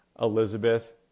Elizabeth